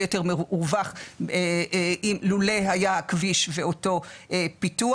יותר מרווח לולא היה כביש ואותו פיתוח.